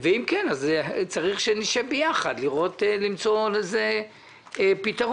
ואם כן, צריך שנשב ביחד למצוא לזה פתרון.